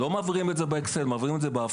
לא מעבירים את זה באקסל, מעבירים את זה באפיק.